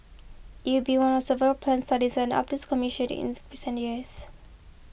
it be one of several plans studies and updates commissioned ins recent years